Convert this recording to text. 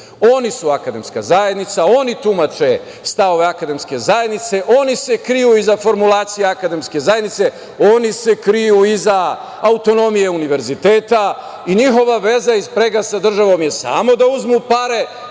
Oni su akademska zajednica, oni tumače stavove akademske zajednice, oni se kriju iza formulacije akademske zajednice, oni se kriju iza autonomije univerziteta i njihova veza i sprega sa državom je samo da uzmu pare,